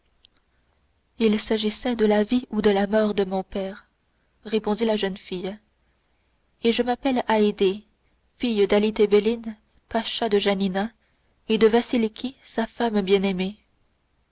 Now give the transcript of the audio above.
il s'agissait de la vie ou de la mort de mon père répondit la jeune fille et je m'appelle haydée fille dali tebelin pacha de janina et de vasiliki sa femme bien-aimée